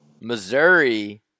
Missouri